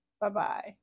Bye-bye